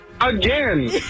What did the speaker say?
again